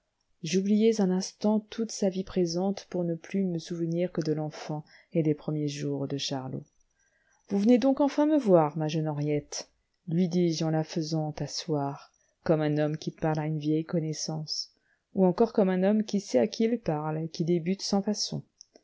j'oubliais un instant toute sa vie présente pour ne plus me souvenir que de l'enfant et des premiers jours de charlot vous venez donc enfin me voir ma jeune henriette lui dis-je en la faisant asseoir comme un homme qui parle à une vieille connaissance ou encore comme un homme qui sait à qui il parle et qui débute sans façon